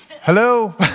Hello